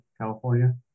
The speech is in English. California